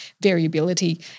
variability